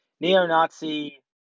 neo-Nazi